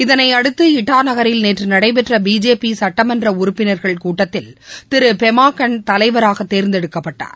இதனையடுத்து இட்டா நகரில் நேற்று நடைபெற்ற பிஜேபி சட்டமன்ற உறுப்பினர்கள் கூட்டத்தில் திரு பேமா கண்ட்டு தலைவராக தேர்ந்தெடுக்கப்பட்டார்